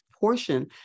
portion